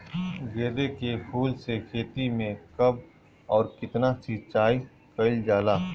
गेदे के फूल के खेती मे कब अउर कितनी सिचाई कइल जाला?